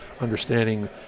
understanding